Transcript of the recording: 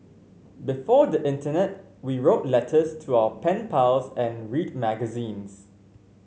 before the internet we wrote letters to our pen pals and read magazines